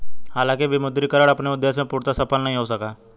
हालांकि विमुद्रीकरण अपने उद्देश्य में पूर्णतः सफल नहीं हो सका